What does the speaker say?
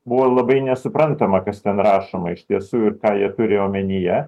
buvo labai nesuprantama kas ten rašoma iš tiesų ir ką jie turėjo omenyje